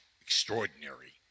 extraordinary